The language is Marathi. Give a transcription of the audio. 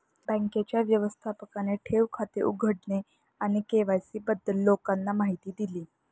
बँकेच्या व्यवस्थापकाने ठेव खाते उघडणे आणि के.वाय.सी बद्दल लोकांना माहिती दिली